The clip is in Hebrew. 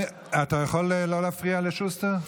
אתה יכול לא להפריע לשוסטר?